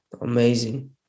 amazing